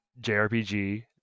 jrpg